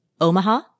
Omaha